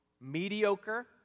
mediocre